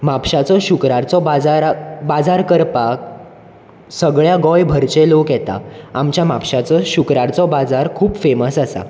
म्हापशाचो शुक्रारचो बाजारा बाजार करपाक सगळ्यां गोंय भरचे लोक येता आमच्या म्हापशाचो शुक्रारचो बाजार खूब फॅमस आसा